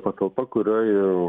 patalpa kurioj